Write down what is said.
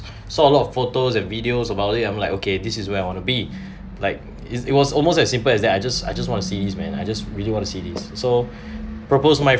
so a lot of photos and videos about it I'm like okay this is where I want to be like it it was almost as simple as that I just I just want to see this man I just really want to see this so propose my